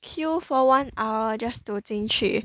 queue for one hour just to 进去